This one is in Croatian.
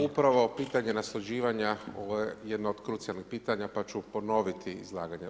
Upravo pitanje nasljeđivanja je jedno od krucionalnih pitanje, pa ću ponoviti izlaganje.